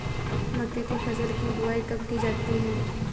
मक्के की फसल की बुआई कब की जाती है?